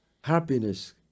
Happiness